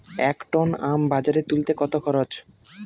এক টন আম বাজারে তুলতে কত খরচ?